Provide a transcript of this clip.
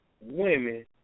women